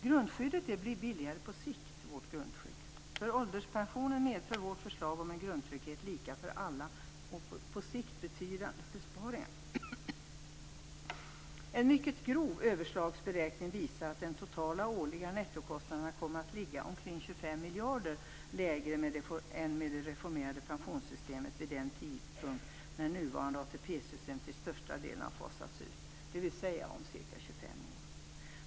Grundskyddet blir billigare på sikt. För ålderspensionen medför vårt förslag om en grundtrygghet lika för alla på sikt betydande kostnadsbesparingar. En mycket grov överslagsberäkning visar att de totala årliga nettokostnaderna kommer att ligga omkring 25 miljarder lägre än med det reformerade pensionssystemet vid den tidpunkt då nuvarande ATP system till största delen har fasats ut, dvs. om ca 25 år.